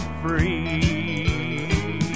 free